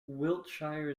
wiltshire